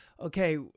okay